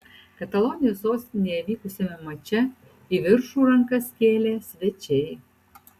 katalonijos sostinėje vykusiame mače į viršų rankas kėlė svečiai